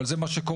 אבל זה מה שקורה.